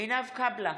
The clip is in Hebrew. עינב קאבלה,